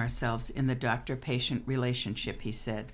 ourselves in the doctor patient relationship he said